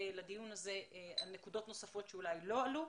לדיון הזה על נקודות נוספות שאולי לא עלו.